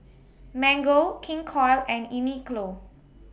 Mango King Koil and Uniqlo